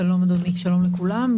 שלום אדוני, שלום לכולם.